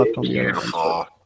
Beautiful